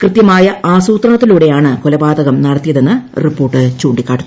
കൃത്യമായ ആസൂത്രണത്തിലൂടെയാണ് കൊലപാതകം നടത്തിയതെന്ന് റിപ്പോർട്ട് ചൂണ്ടിക്കാട്ടുന്നു